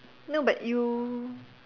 no but you